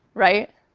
right?